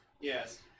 Yes